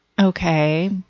Okay